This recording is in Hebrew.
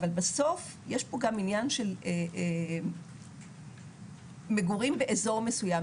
אבל בסוף יש פה גם עניין של מגורים באזור מסוים,